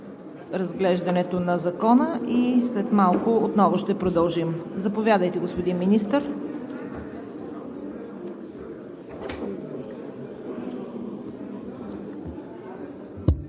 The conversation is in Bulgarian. разглеждането на Закона. След малко отново ще продължим. Заповядайте, господин Министър.